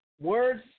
words